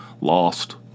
lost